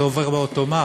זה עובר באוטומט,